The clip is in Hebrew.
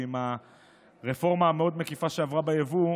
ועם הרפורמה המאוד-מקיפה שעברה ביבוא,